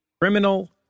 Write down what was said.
criminal